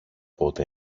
πότε